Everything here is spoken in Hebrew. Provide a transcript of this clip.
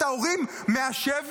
את ההורים מהשבי?